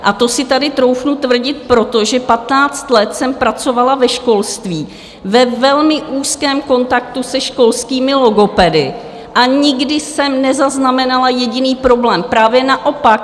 A to si tady troufnu tvrdit, protože patnáct let jsem pracovala ve školství, ve velmi úzkém kontaktu se školskými logopedy, a nikdy jsem nezaznamenala jediný problém, právě naopak.